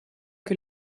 que